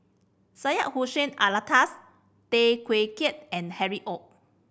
Syed Hussein Alatas Tay Teow Kiat and Harry Ord